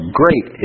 great